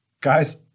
Guys